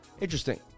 Interesting